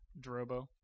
drobo